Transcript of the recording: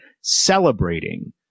celebrating